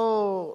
לא,